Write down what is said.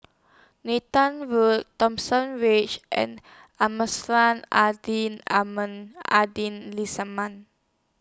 Nathan Road Thomson Ridge and Islamiah